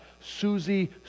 Susie